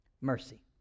Mercy